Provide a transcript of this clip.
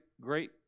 great